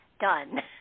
done